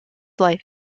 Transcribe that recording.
life